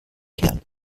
kern